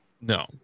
No